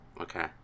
Okay